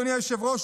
אדוני היושב-ראש,